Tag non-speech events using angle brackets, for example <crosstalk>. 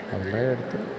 <unintelligible>